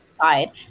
side